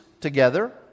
together